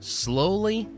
slowly